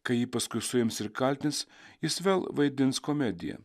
kai jį paskui suims ir kaltins jis vėl vaidins komediją